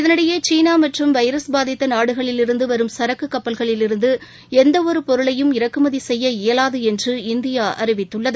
இதனிடையே சீனா மற்றும் வைரஸ் பாதித்த நாடுகளிலிருந்து வரும் சரக்கு கப்பல்களிலிருந்து எந்த ஒரு பொருளையும் இறக்குமதி செய்ய இயலாது என்று இந்தியா அறிவித்துள்ளது